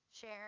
share